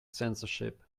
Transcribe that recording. censorship